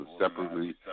separately